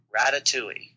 Ratatouille